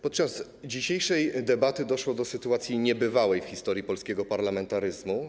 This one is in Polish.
Podczas dzisiejszej debaty doszło do sytuacji niebywałej w historii polskiego parlamentaryzmu.